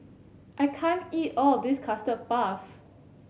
I can't eat all of this Custard Puff